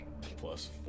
plus